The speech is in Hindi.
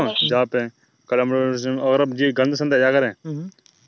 बोने की मशीन ये कॉम्पैक्ट प्लांटर पॉट्स न्यूनतर उद्यान के रूप में कार्य करते है